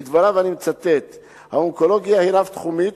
לדבריו: "האונקולוגיה היא רב-תחומית